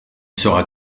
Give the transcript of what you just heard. sera